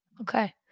Okay